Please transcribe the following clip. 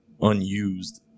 unused